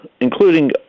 including